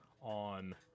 on